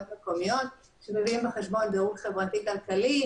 מקומיות שמביאים בחשבון דירוג חברתי-כלכלי,